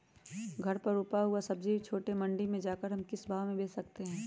घर पर रूपा हुआ सब्जी छोटे मंडी में जाकर हम किस भाव में भेज सकते हैं?